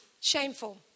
shameful